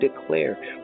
declare